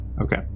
Okay